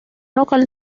local